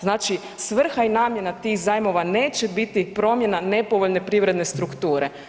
Znači, svrha i namjena tih zajmova neće biti promjena nepovoljne privredne strukture.